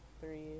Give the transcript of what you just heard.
three